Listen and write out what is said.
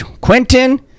Quentin